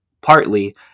partly